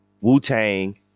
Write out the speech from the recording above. Wu-Tang